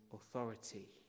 authority